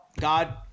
God